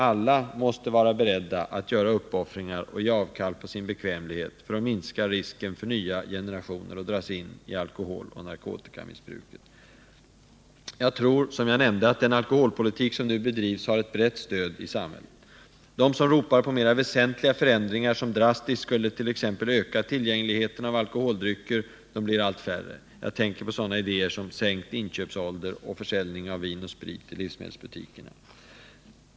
Alla måste vara beredda att göra uppoffringar och ge avkall på sin bekvämlighet för att minska risken för nya generationer att dras in i alkoholoch narkotikamissbruket. Jag tror, som jag nämnde, att den alkoholpolitik som nu bedrivs har ett brett stöd i samhället. De som ropar på mera väsentliga förändringar, som drastiskt skulle öka tillgängligheten av alkoholdrycker, blir allt färre. Jag tänker på sådana idéer som sänkt inköpsålder och försäljning'av vin och sprit i livsmedelsbutikerna.